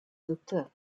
docteur